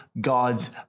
God's